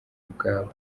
ubwabo